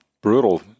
brutal